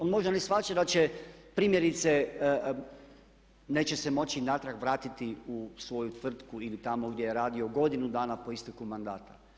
On možda ne shvaća da će primjerice neće se moći natrag vratiti u svoju tvrtku ili tamo gdje je radio godinu dana po isteku mandata.